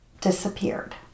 disappeared